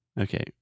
Okay